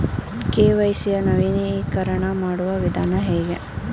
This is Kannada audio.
ಕೆ.ವೈ.ಸಿ ಯ ನವೀಕರಣ ಮಾಡುವ ವಿಧಾನ ಹೇಗೆ?